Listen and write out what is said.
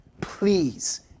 Please